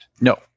No